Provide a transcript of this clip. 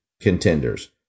contenders